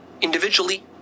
individually